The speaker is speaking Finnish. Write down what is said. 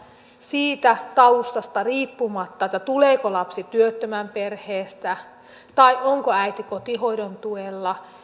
siitä taustasta riippumatta tuleeko lapsi työttömän perheestä vai onko äiti kotihoidon tuella